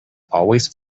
always